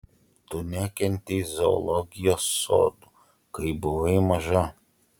tu nekentei zoologijos sodų kai buvai maža